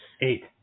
eight